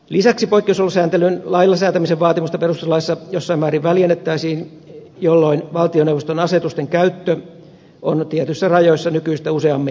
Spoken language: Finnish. lisäksi poikkeusolosääntelyn lailla säätämisen vaatimusta perustuslaissa jossain määrin väljennettäisiin jolloin valtioneuvoston asetusten käyttö olisi tietyissä rajoissa nykyistä useammin mahdollista